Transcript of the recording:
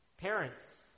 Parents